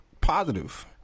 positive